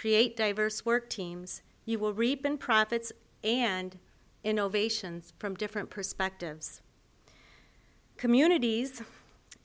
create diverse work teams you will reap in profits and innovations from different perspectives communities